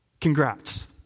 Congrats